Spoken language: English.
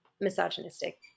misogynistic